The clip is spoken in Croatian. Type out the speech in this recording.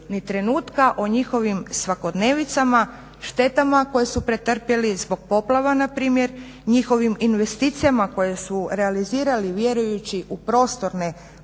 ni trenutka o njihovim svakodnevicama, štetama koje su pretrpjeli zbog poplava npr., njihovim investicijama koje su realizirali vjerujući u prostorne